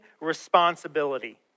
responsibility